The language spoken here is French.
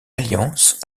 alliance